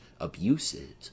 abuses